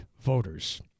voters